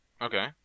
Okay